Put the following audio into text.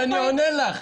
שאלת ואני עונה לך.